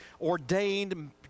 ordained